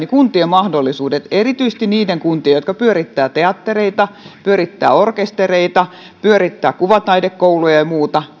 kuntien mahdollisuudet heikkenevät erityisesti niiden kuntien jotka pyörittävät teattereita pyörittävät orkestereita pyörittävät kuvataidekouluja ja ja muuta